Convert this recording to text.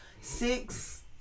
six